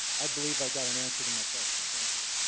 i believe i got an answer to my question, thank you